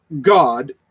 god